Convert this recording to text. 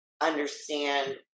understand